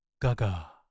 Gaga